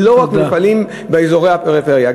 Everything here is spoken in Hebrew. לא רק מפעלים באזורי הפריפריה,